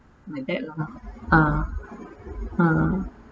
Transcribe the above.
like that lah ah ah